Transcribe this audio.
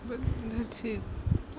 but let's say